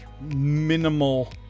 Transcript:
minimal